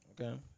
Okay